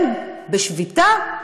איים בשביתה?